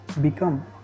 become